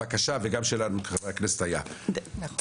הבקשה וגם שלנו של חברי הכנסת הייתה תגבירו